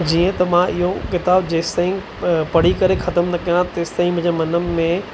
जीअं त मां इहो किताबु जेसीं ताईं पढ़ी करे ख़तमु न कयां तेसीं ताईं मुंहिंजे मन में